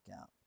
out